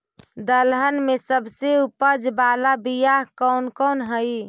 दलहन में सबसे उपज बाला बियाह कौन कौन हइ?